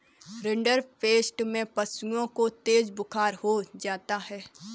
rinderpest में पशुओं को तेज बुखार हो जाता है